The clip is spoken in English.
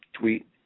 tweet